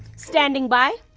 standing by.